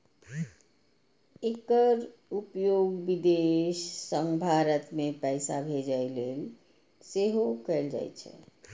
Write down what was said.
एकर उपयोग विदेश सं भारत मे पैसा भेजै लेल सेहो कैल जाइ छै